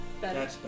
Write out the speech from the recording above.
Better